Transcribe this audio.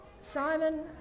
Simon